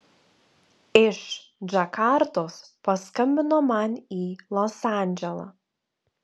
iš džakartos paskambino man į los andželą